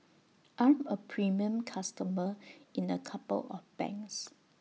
I'm A premium customer in A couple of banks